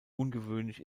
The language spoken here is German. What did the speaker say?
ungewöhnlich